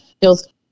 Feels